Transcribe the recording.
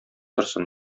торсын